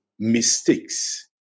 Mistakes